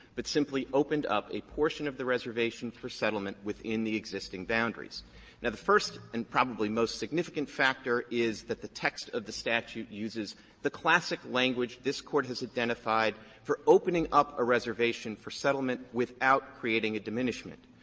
but simply opened up a portion of the reservation for settlement within the existing boundaries. now the first, and probably most significant, factor is that the text of the statute uses the classic language this court has identified for opening up a reservation for settlement without creating a diminishment.